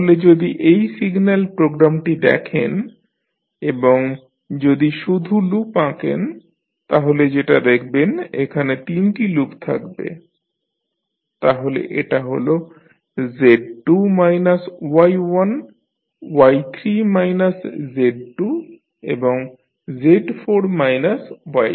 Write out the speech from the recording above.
তাহলে যদি এই সিগন্যাল প্রোগ্রামটি দেখেন এবং যদি শুধু লুপ আঁকেন তাহলে যেটা দেখবেন এখানে তিনটি লুপ থাকবে তাহলে এটা হল Z2 minus Y1 Y3 minus Z2 এবং Z4 মাইনাস Y3